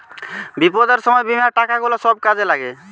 বিপদের সময় বীমার টাকা গুলা সব কাজে লাগে